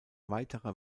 weiterer